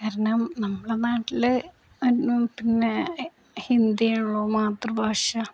കാരണം നമ്മളെ നാട്ടില് പിന്നെ ഹിന്ദിയേ ഉള്ളൂ മാതൃഭാഷ